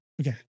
Okay